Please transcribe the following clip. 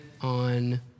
on